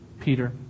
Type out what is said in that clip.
Peter